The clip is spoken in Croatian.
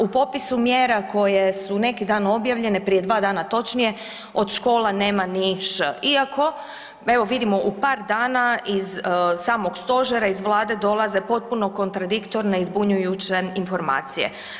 U popisu mjera koja su neki dan objavljene prije dva dana točnije, od škola nema ni š, iako evo vidimo u par dana iz samog stožera i iz Vlade dolaze potpuno kontradiktorne i zbunjujuće informacije.